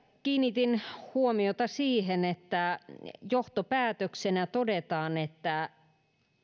kiinnitin huomiota siihen että johtopäätöksenä todetaan että